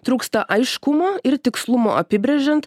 trūksta aiškumo ir tikslumo apibrėžiant